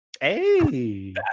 Hey